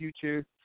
future